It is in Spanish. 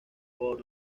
por